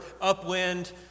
upwind